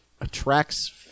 attracts